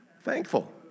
thankful